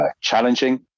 challenging